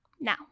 Now